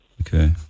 Okay